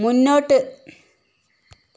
മുന്നോട്ട്